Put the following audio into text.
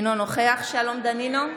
אינו נוכח שלום דנינו,